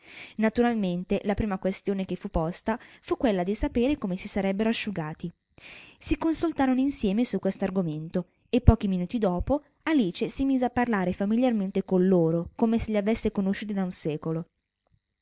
naturalmente la prima quistione che fu posta fu quella di sapere come si sarebbero asciugati si consultarono insieme su questo argomento e pochi minuti dopo alice si mise a parlare familiarmente con loro come se li avesse conosciuti da un secolo